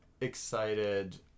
excited